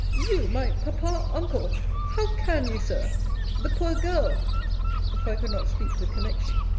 you my papa-uncle how can you, sir the poor girl for i could not speak with connexion.